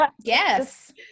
Yes